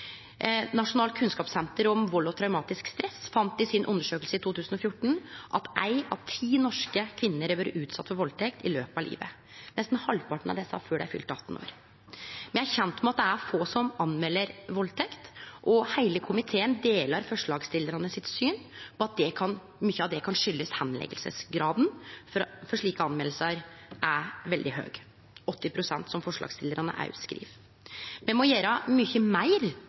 Nasjonalt kunnskapssenter om vald og traumatisk stress fann i ei undersøking i 2014 at éi av ti norske kvinner har vore utsett for valdtekt i løpet av livet, nesten halvparten av dei før fylte 18 år. Me er kjende med at det er få som melder valdtekt, og heile komiteen deler forslagsstillarane sitt syn om at mykje av det kan kome av at bortleggingsgraden for slike meldingar er veldig høg – 80 pst., som forslagsstillarane òg skriv. Me må gjere mykje meir